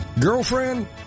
Girlfriend